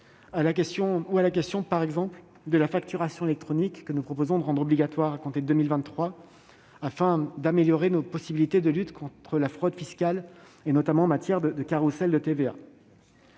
(APL). Je pense également à la facturation électronique que nous proposons de rendre obligatoire à compter de 2023, afin d'améliorer nos possibilités de lutte contre la fraude fiscale, notamment en matière de carrousels de TVA.